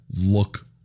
look